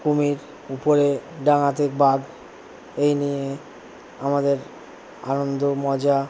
কুমির উপরে ডাঙাতে বাঘ এই নিয়ে আমাদের আনন্দ মজা